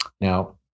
Now